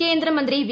കേന്ദ്രമന്ത്രി വി